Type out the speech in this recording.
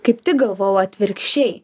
kaip tik galvojau atvirkščiai